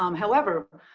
um however,